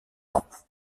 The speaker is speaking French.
ans